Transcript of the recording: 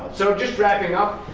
so just wrapping up,